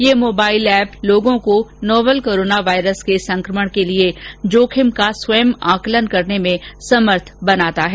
यह mobile app लोगों को नोवल कोरोना वायरस के संकमण के लिए जोखिम का स्वयं आकलन करने में समर्थ बनाता है